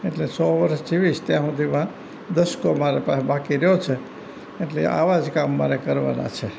એટલે સો વરસ જીવીશ ત્યાં સુધીમાં દસકો મારા પાસે બાકી રહ્યો છે એટલે આવા જ કામ મારે કરવાના છે